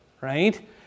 right